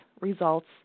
results